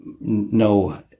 no